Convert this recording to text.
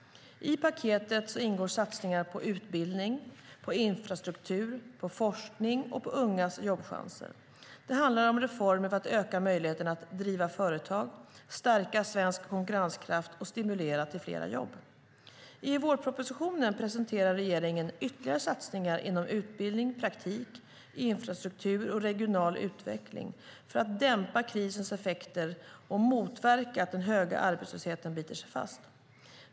I paketet ingår satsningar på utbildning, infrastruktur, forskning och ungas jobbchanser. Det handlar om reformer för att öka möjligheterna att driva företag, stärka svensk konkurrenskraft och stimulera till fler jobb. I vårpropositionen presenterar regeringen ytterligare satsningar inom utbildning, praktik, infrastruktur och regional utveckling för att dämpa krisens effekter och motverka att den höga arbetslösheten biter sig fast.